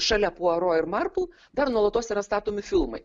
šalia puaro ir marpl dar nuolatos yra statomi filmai